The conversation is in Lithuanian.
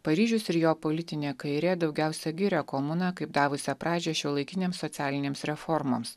paryžius ir jo politinė kairė daugiausiai giria komuną kaip davusią pradžią šiuolaikiniams socialinėms reformoms